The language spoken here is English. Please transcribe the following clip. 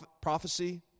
prophecy